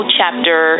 chapter